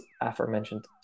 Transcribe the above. aforementioned